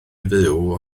fyw